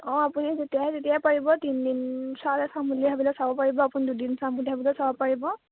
অঁ আপুনি যেতিয়াই আহে তেতিয়াই পাৰিব তিনি দিন চালে চাম বুলি ভাবিলে চাব পাৰিব আপুনি দুদিন চাম বুলি ভাবিলে চাব পাৰিব